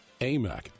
AMAC